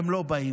הם לא באים.